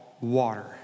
water